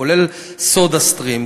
כולל "סודה סטרים",